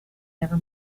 never